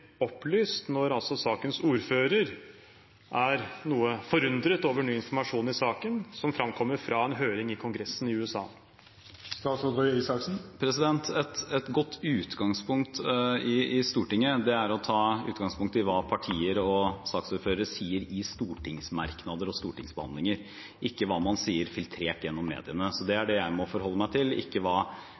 opplyst, når sakens ordfører er noe forundret over ny informasjon i saken, som er framkommet i en høring i Kongressen i USA. Et godt utgangspunkt i Stortinget er å ta utgangspunkt i hva partier og saksordførere sier i stortingsmerknader og i stortingsbehandlinger, ikke hva man sier filtrert gjennom mediene. Det er det jeg må forholde meg til, ikke hva